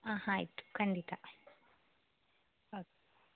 ಹಾಂ ಆಯಿತು ಖಂಡಿತ ಓಕೆ